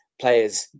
players